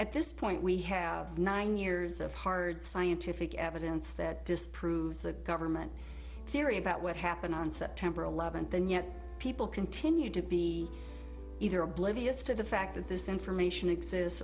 at this point we have nine years of hard scientific evidence that disproves the government theory about what happened on september eleventh and yet people continue to be either oblivious to the fact that this information exist